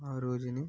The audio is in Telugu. ఆ రోజున